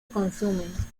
consumen